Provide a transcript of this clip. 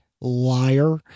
liar